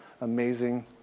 amazing